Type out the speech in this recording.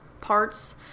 parts